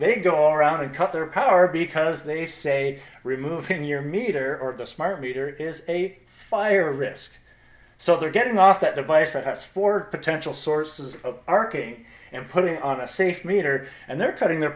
they go around and cut their power because they say removing your meter or the smart meter is a fire risk so they're getting off that device that has four potential sources of r k and put it on a safe meter and they're cutting their